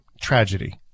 tragedy